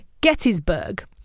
gettysburg